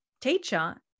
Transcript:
teacher